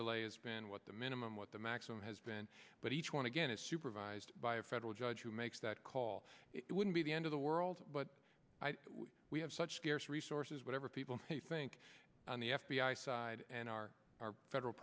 delay has been what the minimum what the maximum has been but each one again is supervised by a federal judge who makes that call it wouldn't be the end of the world but we have such scarce resources whatever people think on the f b i side and our federal